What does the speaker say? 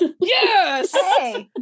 Yes